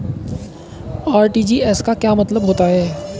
RTGS का क्या मतलब होता है?